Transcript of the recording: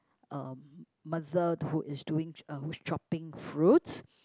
um mother who is doing uh who's chopping fruits